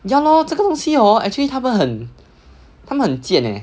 这个东西 hor actually 他们很他们很贱 leh